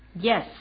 Yes